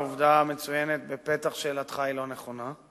העובדה המצוינת בפתח שאלתך היא לא נכונה.